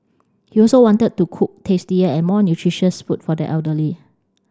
he also wanted to cook tastier and more nutritious food for the elderly